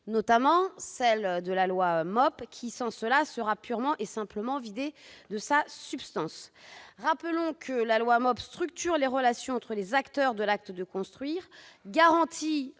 notamment celles de la loi MOP qui, sans cela, sera purement et simplement vidée de sa substance. Rappelons que la loi MOP structure les relations entre les acteurs de l'acte de construire, garantit